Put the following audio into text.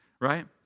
Right